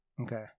Okay